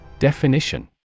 Definition